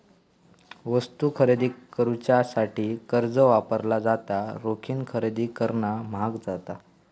वस्तू खरेदी करुच्यासाठी कर्ज वापरला जाता, रोखीन खरेदी करणा म्हाग जाता